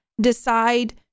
decide